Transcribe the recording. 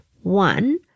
one-